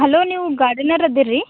hello ನೀವು gardener ಅದೀರಿ ರೀ